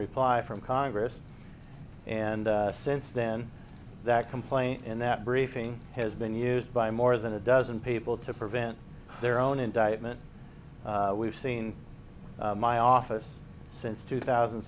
reply from congress and since then that complaint in that briefing has been used by more than a dozen people to prevent their own indictment we've seen my office since two thousand